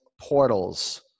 portals